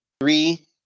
three